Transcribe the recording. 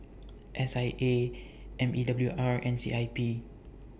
S I A M E W R and C I P